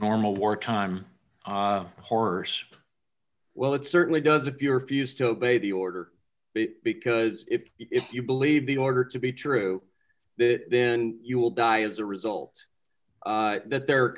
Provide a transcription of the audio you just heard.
normal war time horrors well it certainly does if you're fused to obey the order because if you believe the order to be true that then you will die as a result that there are